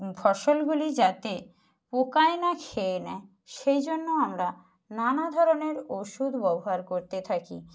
ফসলগুলি যাতে পোকায় না খেয়ে নেয় সেই জন্য আমরা নানা ধরণের ওষুধ ব্যবহার করতে থাকি